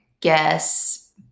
guess